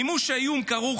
מימוש האיום כרוך,